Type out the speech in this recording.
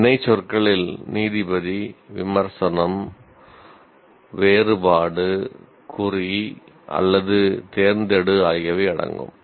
வினைச்சொற்களில் நீதிபதி விமர்சனம் வேறுபாடு குறி அல்லது தேர்ந்தெடு ஆகியவை அடங்கும்